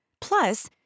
Plus